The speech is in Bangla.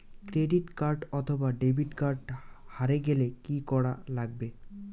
ক্রেডিট কার্ড অথবা ডেবিট কার্ড হারে গেলে কি করা লাগবে?